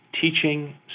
teaching